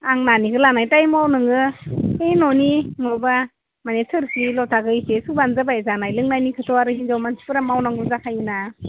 आं नानिखो लानाय टाइमाव नोङो बै न'नि माबा माने थोरसि लथाखो एसे सुब्लानो जाबाय जानाय लोंनायनिखोथ आरो हिनजाव मानथिफोरा मावनांगौ जाखायोना